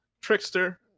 Trickster